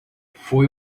foi